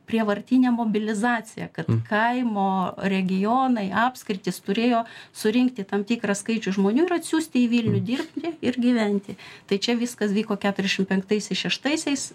prievartinė mobilizacija kad kaimo regionai apskritys turėjo surinkti tam tikrą skaičių žmonių ir atsiųsti į vilnių dirbti ir gyventi tai čia viskas vyko keturiasšim penktais i šeštaisiais